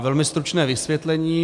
Velmi stručné vysvětlení.